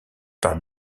par